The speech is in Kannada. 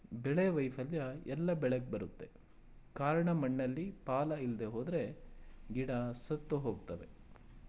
ಬೆಳೆ ವೈಫಲ್ಯ ಎಲ್ಲ ಬೆಳೆಗ್ ಬರುತ್ತೆ ಕಾರ್ಣ ಮಣ್ಣಲ್ಲಿ ಪಾಲ ಇಲ್ದೆಹೋದ್ರೆ ಗಿಡ ಸತ್ತುಹೋಗ್ತವೆ